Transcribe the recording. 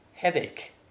Headache